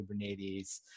Kubernetes